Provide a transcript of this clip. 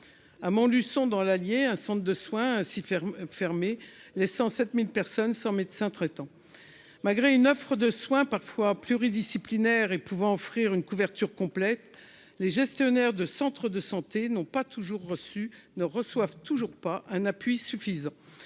à Montluçon, dans l'Allier, un centre de soins a fermé, laissant 7 000 personnes sans médecin traitant. Malgré une offre de soins parfois pluridisciplinaire et pouvant offrir une couverture complète, les gestionnaires de centres de santé n'ont pas toujours reçu et ne reçoivent toujours pas un appui suffisant.